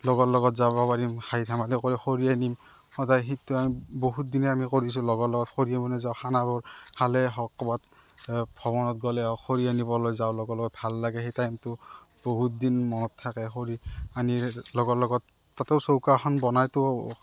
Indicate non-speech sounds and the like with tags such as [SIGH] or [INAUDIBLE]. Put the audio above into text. লগৰৰ লগত যাব পাৰিম হাঁহি ধেমালি কৰি খৰি আনিম সদায় সেইটো আমি বহুত দিনে আমি কৰিছোঁ লগৰৰ লগত খৰি আনিব যাওঁ খানা বনাওঁ [UNINTELLIGIBLE] হওঁক ক'ৰবাত [UNINTELLIGIBLE] খৰি আনিবলৈ যাওঁ লগৰৰ লগত ভাল লাগে সেই টাইমটো বহুতদিন মনত থাকে খৰি আনি লগৰৰ লগত তাতেও চৌকা এখন বনাইতো